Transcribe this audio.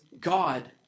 God